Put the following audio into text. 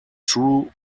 true